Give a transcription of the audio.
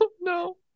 no